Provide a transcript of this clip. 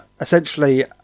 essentially